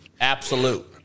absolute